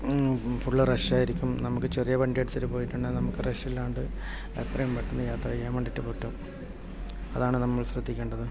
full rush ആയിരിക്കും നമുക്ക് ചെറിയ വണ്ടിയെടുത്ത് പോയിട്ടുണ്ടെങ്കിൽ നമുക്ക് റഷ്ഷില്ലാണ്ട് എത്രയും പെട്ടെന്നു യാത്ര ചെയ്യാൻ വേണ്ടിയിട്ടു പറ്റും അതാണ് നമ്മൾ ശ്രദ്ധിക്കേണ്ടത്